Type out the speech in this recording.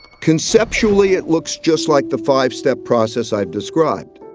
conceptually, it looks just like the five-step process i've described.